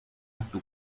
atto